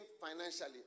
financially